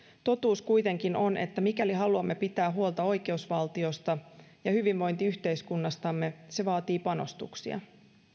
totuus kuitenkin on että mikäli haluamme pitää huolta oikeusvaltiosta ja hyvinvointiyhteiskunnastamme se vaatii panostuksia